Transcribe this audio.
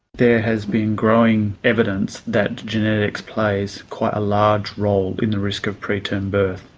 there has been growing evidence that genetics plays quite a large role in the risk of preterm births.